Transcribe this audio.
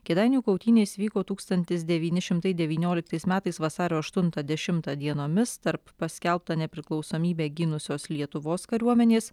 kėdainių kautynės vyko tūkstantis devyni šimtai devynioliktais metais vasario aštuntą dešimtą dienomis tarp paskelbtą nepriklausomybę gynusios lietuvos kariuomenės